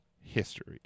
history